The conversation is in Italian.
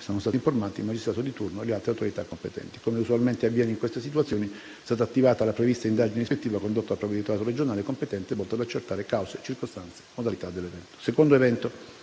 Sono stati informati il magistrato di turno e le altre autorità competenti. Come usualmente avviene in queste situazioni, è stata attivata la prevista indagine ispettiva condotta dal Provveditorato regionale competente e volta ad accertare le cause, le circostanze e le modalità dell'evento.